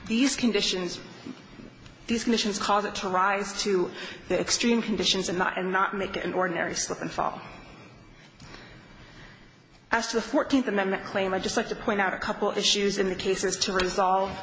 these conditions these missions cause it to rise to the extreme conditions and not and not make an ordinary slip and fall as to the fourteenth amendment claim i'd just like to point out a couple issues in the cases to resolve